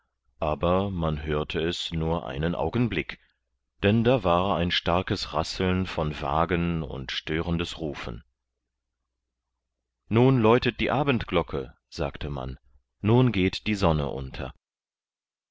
aber man hörte es nur einen augenblick denn da war ein starkes rasseln von wagen und störendes rufen nun läutet die abendglocke sagte man nun geht die sonne unter